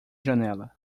janela